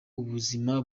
ubuzima